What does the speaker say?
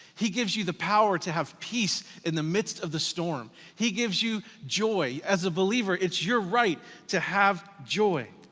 he gives you the power to have peace in the midst of the storm. he gives you joy. as a believer, it's your right to have joy.